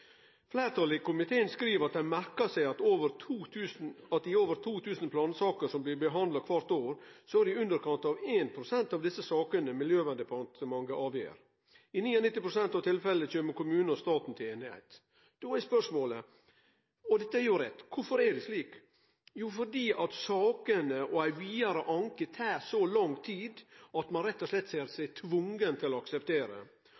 Fleirtalet i komiteen skriv at dei merkar seg at i over 2 000 plansaker som blir behandla kvart år, er det i underkant av 1 pst. av desse sakene at Miljøverndepartementet avgjer. I 99 pst. av tilfella kjem kommunen og staten til einigheit. Dette er jo rett, og då er spørsmålet: Korfor er det slik? Jo, fordi sakene og ein vidare anke tar så lang tid at ein rett og slett ser